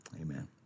amen